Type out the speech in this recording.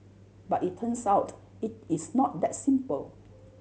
but it turns out it is not that simple